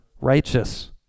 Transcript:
righteous